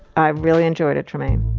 i really enjoyed it, trymaine.